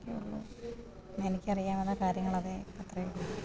അത്രയൊക്കെ ഉള്ളു എനിക്ക് അറിയാവുന്ന കാര്യങ്ങളൊക്കെ അതെ അത്രയേ ഉള്ളു